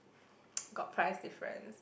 got price difference